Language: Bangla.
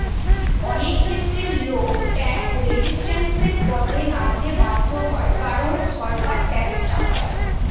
অনেক ক্ষেত্রে লোক ট্যাক্স রেজিস্ট্যান্সের পথে নামতে বাধ্য হয় কারণ সরকার ট্যাক্স চাপায়